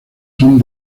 son